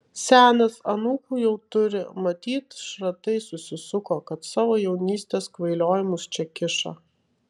senas anūkų jau turi matyt šratai susisuko kad savo jaunystės kvailiojimus čia kiša